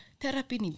Therapy